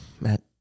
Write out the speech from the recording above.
Matt